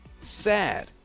Sad